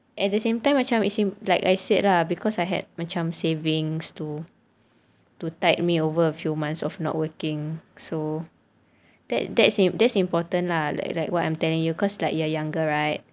at the same time macam as in like I said lah because I had macam savings to to tide me over a few months of not working so that that's that's important lah like like what I'm telling you cause like you're younger right